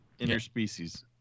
Interspecies